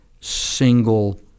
single